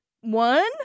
one